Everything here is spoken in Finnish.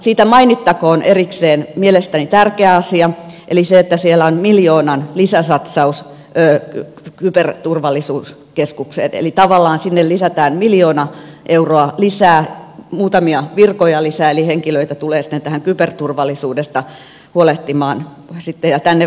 siitä mainittakoon erikseen mielestäni tärkeä asia eli se että siellä on miljoonan lisäsatsaus kyberturvallisuuskeskukseen eli tavallaan sinne lisätään miljoona euroa lisää muutamia virkoja lisää eli henkilöitä tulee sitten tähän kyberturvallisuudesta huolehtimaan ja tänne vahvistetaan voimavaroja